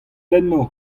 eno